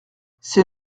ces